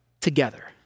together